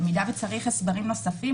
במידה שצריך הסברים נוספים,